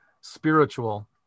spiritual